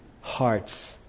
hearts